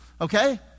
Okay